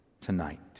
tonight